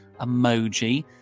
emoji